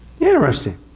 Interesting